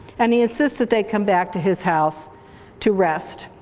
and he insists that they come back to his house to rest.